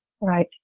right